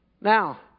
Now